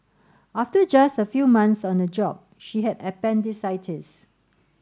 after just a few months on the job she had appendicitis